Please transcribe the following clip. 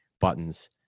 buttons